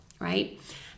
right